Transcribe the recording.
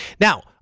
Now